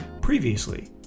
previously